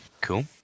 Cool